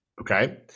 Okay